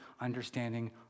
understanding